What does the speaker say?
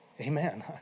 Amen